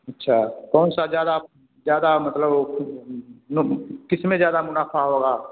अच्छा कौन सा ज्यादा आप ज्यादा मतलब किसमें जादा मुनाफा होगा